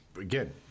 again